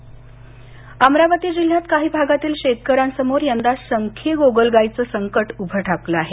गोगलगाय अमरावती जिल्ह्यात काही भागातील शेतकऱ्यांसमोर यंदा शंखी गोगलगायीचं संकट उभं ठाकलं आहे